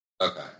Okay